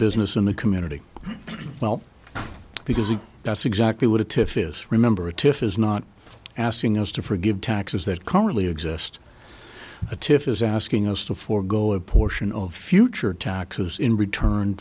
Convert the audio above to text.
business in the community well because if that's exactly what it if is remember it if is not asking us to forgive taxes that currently exist a tiff is asking us to forego a portion of future taxes in return